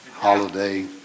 Holiday